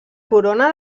corona